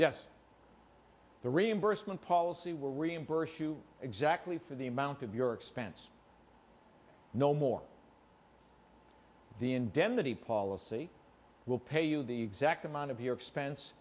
yes the reimbursement policy will reimburse you exactly for the amount of your expense no more the indemnity policy will pay you the exact amount of your expense